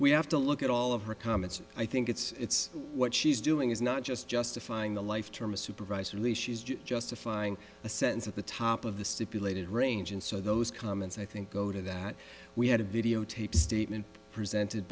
we have to look at all of her comments and i think it's what she's doing is not just justifying the life term a supervised release justifying a sentence at the top of the stipulated range and so those comments i think go to that we had a videotaped statement presented